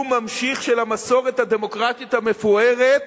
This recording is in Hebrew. הוא ממשיך של המסורת הדמוקרטית המפוארת